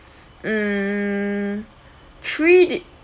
mm three di~